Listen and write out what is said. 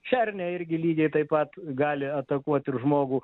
šernė irgi lygiai taip pat gali atakuot ir žmogų